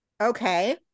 okay